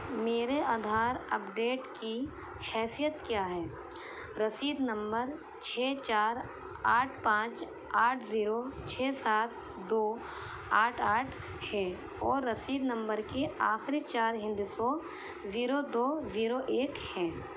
میرے آدھار اپڈیٹ کی حیثیت کیا ہے رسید نمبر چھ چار آٹھ پانچ آٹھ زیرو چھ سات دو آٹھ آٹھ ہے اور رسید نمبر کے آخری چار ہندسوں زیرو دو زیرو ایک ہیں